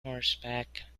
horseback